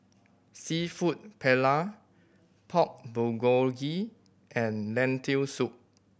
Seafood Paella Pork Bulgogi and Lentil Soup